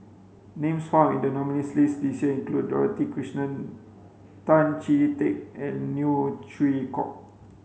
names found in the nominees' list this year include Dorothy Krishnan Tan Chee Teck and Neo Chwee Kok